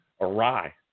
awry